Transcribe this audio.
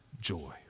joy